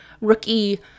rookie